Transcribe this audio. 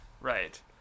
Right